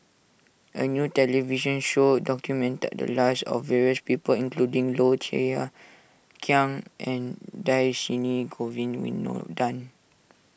a new television show documented the lives of various people including Low Thia Khiang and Dhershini Govin Winodan